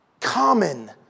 common